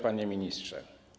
Panie Ministrze!